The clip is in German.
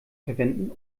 verwenden